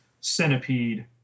centipede